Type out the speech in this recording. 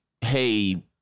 hey